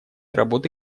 работы